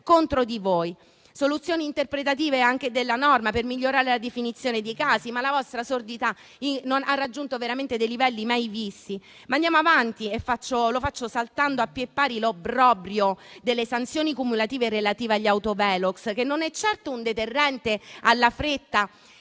contro di voi, con soluzioni interpretative della norma per migliorare la definizione dei casi, ma la vostra sordità ha raggiunto veramente dei livelli mai visti. Ma andiamo avanti e lo faccio saltando a piè pari l'obbrobrio delle sanzioni cumulative relative agli autovelox, che non è certo un deterrente alla fretta